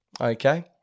okay